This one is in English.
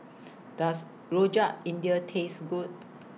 Does Rojak India Taste Good